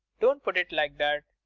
don't put it like that.